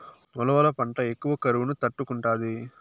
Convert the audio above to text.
ఉలవల పంట ఎక్కువ కరువును తట్టుకుంటాది